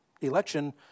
election